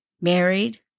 married